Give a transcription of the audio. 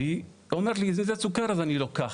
והיא אומרת לי, זה סוכר, אז אני לוקחת.